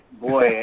boy